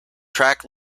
track